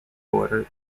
border